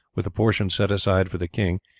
with the portion set aside for the king,